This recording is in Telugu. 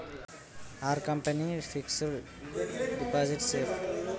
Are company fixed deposit safe?